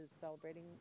celebrating